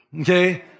Okay